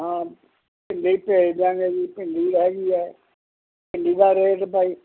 ਹਾਂ ਭਿੰਡੀ ਭੇਜ ਦਿਆਂਗੇ ਜੀ ਭਿੰਡੀ ਹੈਗੀ ਹੈ ਭਿੰਡੀ ਦਾ ਰੇਟ ਭਾਈ